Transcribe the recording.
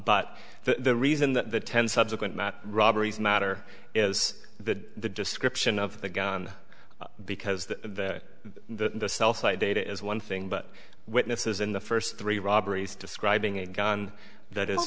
but the reason that the ten subsequent mat robberies matter is that the description of the gun because that the data is one thing but witnesses in the first three robberies describing a gun that is